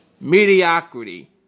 Mediocrity